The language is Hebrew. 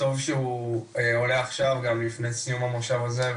טוב שהוא עולה עכשיו לפני סיום המושב הזה,